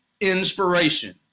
inspiration